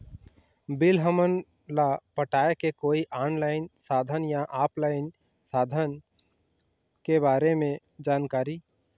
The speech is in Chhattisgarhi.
बिल हमन ला पटाए के कोई ऑनलाइन साधन या ऑफलाइन साधन के बारे मे जानकारी?